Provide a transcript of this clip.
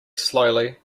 slowly